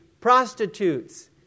prostitutes